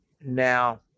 Now